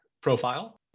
profile